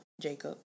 Jacob